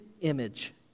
image